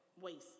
waste